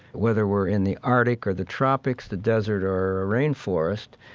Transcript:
whether we're in the arctic or the tropics, the desert or a rain forest,